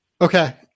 Okay